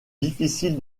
difficile